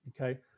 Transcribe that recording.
okay